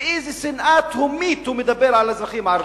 באיזו שנאה תהומית הוא מדבר על האזרחים הערבים,